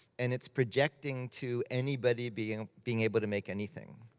and it's projecting to anybody being being able to make anything.